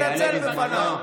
הוא יעלה בזמנו.